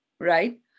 right